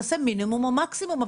תעשה מינימום או מקסימום.